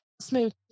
smooth